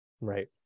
Right